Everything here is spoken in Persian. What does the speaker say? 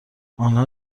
آنها